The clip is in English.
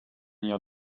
your